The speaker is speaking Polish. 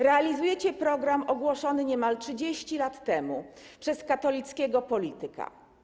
Realizujecie program ogłoszony niemal 30 lat temu przez katolickiego polityka.